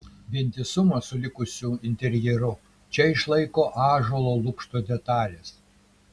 vientisumą su likusiu interjeru čia išlaiko ąžuolo lukšto detalės